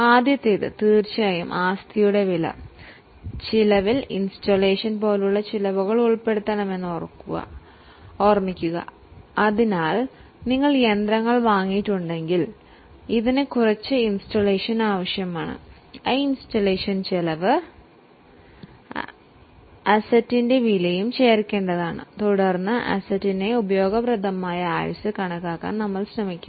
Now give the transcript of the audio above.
ആദ്യത്തേത് ആസ്തിയുടെ വില കണക്കാക്കാൻ നമ്മൾ ശ്രമിക്കുന്നു